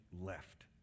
left